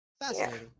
Fascinating